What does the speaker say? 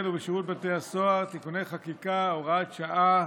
ובשירות בתי הסוהר) (תיקוני חקיקה) (הוראות שעה),